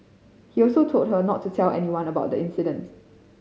he also told her not to tell anyone about the incident